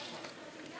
עד שלוש דקות.